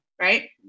Right